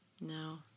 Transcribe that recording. No